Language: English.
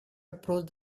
approach